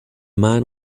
man